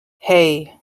hey